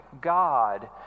God